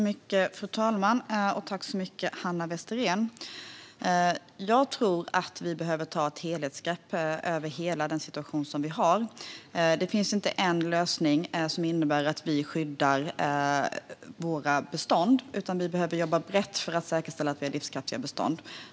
Fru talman! Jag tackar Hanna Westerén för frågan. Jag tror att vi behöver ta ett helhetsgrepp över hela den situation som vi har. Det finns inte en lösning som innebär att vi skyddar våra bestånd, utan vi behöver jobba brett för att säkerställa att vi har livskraftiga bestånd.